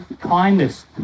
kindness